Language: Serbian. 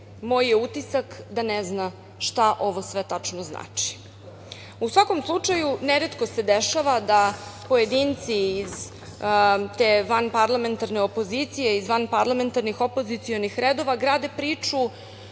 moj je utisak da ne zna šta sve ovo tačno znači.U svakom slučaju, neretko se dešava da pojedinci iz te vanparlamentarne opozicije, iz vanparlamentarnih opozicionih redova grade priču